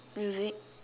music